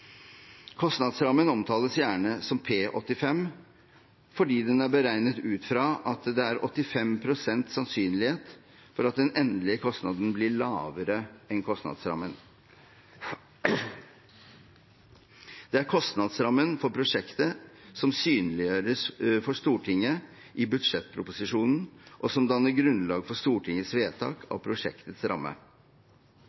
Kostnadsrammen omtales gjerne som «P85» fordi den er beregnet ut fra at det er 85 pst. sannsynlighet for at den endelige kostnaden blir lavere enn kostnadsrammen. Det er kostnadsrammen for prosjektet som synliggjøres for Stortinget i budsjettproposisjonen, og som danner grunnlag for Stortingets vedtak